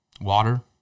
water